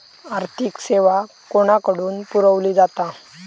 आर्थिक सेवा कोणाकडन पुरविली जाता?